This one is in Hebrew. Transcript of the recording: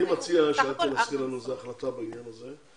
אני מציע שאת תנסחי לנו החלטה בעניין הזה.